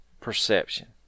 perception